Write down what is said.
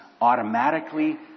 automatically